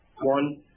One